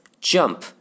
jump